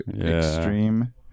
extreme